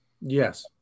Yes